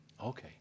okay